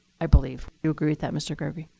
i believe. you agree with that, mr. garvey?